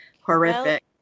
horrific